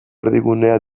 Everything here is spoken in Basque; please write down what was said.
erdigunea